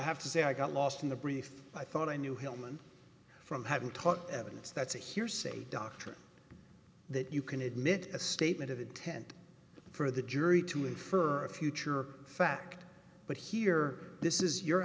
have to say i got lost in the brief i thought i knew hellman from having taught evidence that's a hearsay doctrine that you can admit a statement of intent for the jury to infer a future fact but here this is you're